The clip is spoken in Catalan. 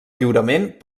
lliurament